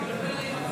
לא